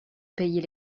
payer